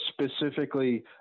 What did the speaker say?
specifically